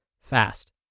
fast